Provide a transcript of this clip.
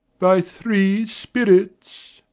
by three spirits.